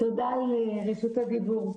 תודה על רשות הדיבור.